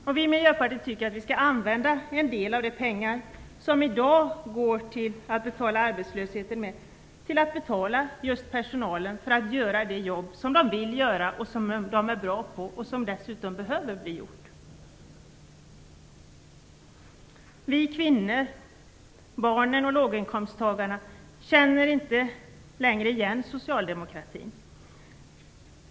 Vi i Miljöpartiet tycker att en del av de pengar som i dag går till att betala för arbetslösheten skall användas för att personalen skall få göra det jobb som den vill göra och är bra på och som dessutom behöver bli gjort. Vi kvinnor, de unga och låginkomsttagarna känner inte längre igen socialdemokratin.